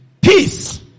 Peace